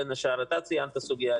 אתה ציינת סוגיה,